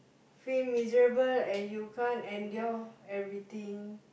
feel miserable and you can't endure everything